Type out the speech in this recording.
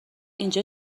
اینجا